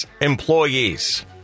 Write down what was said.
employees